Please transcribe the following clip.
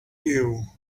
you